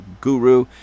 guru